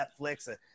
Netflix